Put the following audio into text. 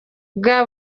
bwa